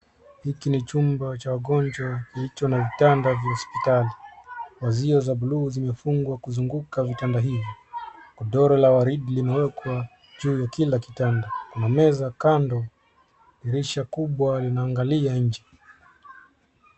Hiki ni chumba cha wagonjwa kilicho na vitanda vya hospitali. Pazia za bluu zimefungwa kuzunguka vitanda hivi. Godoro la waridi limewekwa juu ya kila kitanda. Kuna meza kando, dirisha kubwa inaangalia nje.